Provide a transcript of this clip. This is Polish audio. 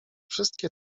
wszystkie